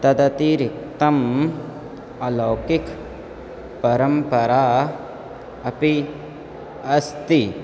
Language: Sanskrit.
तदतिरिक्तं अलौकिकपरम्परा अपि अस्ति